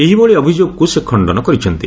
ଏହିଭଳି ଅଭିଯୋଗକୁ ସେ ଖଣ୍ଡନ କରିଛନ୍ତି